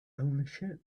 ownership